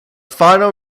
final